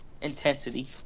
intensity